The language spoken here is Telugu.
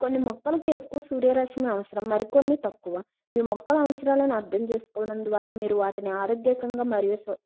కొన్ని మొక్కలకి ఎక్కువ సూర్యరశ్మి అవసరం మరి కొన్ని తక్కువ మీ మొక్కల అవసరాలను అర్దం చేసుకోవడం ద్వారా మీరు వాటిని ఆరోగ్యకంగా మరియు సో